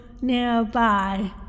nearby